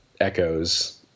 echoes